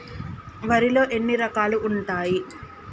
వరిలో ఎన్ని రకాలు ఉంటాయి?